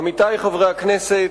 עמיתי חברי הכנסת,